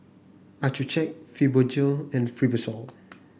Accucheck Fibogel and Fibrosol